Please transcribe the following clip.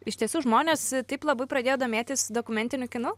iš tiesų žmonės taip labai pradėjo domėtis dokumentiniu kinu